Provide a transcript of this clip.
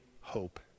hope